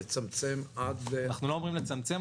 לצמצם עד ל --- אנחנו לא אומרים לצמצם,